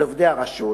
על עובדי הרשות,